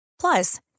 Plus